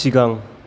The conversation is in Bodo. सिगां